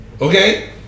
Okay